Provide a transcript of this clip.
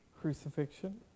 crucifixion